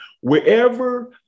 wherever